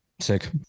Sick